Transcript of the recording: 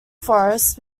forests